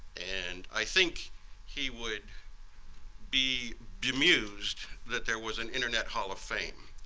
and i think he would be bemused that there was an internet hall of fame.